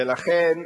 ולכן,